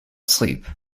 sleep